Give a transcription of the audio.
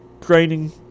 training